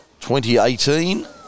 2018